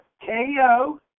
KO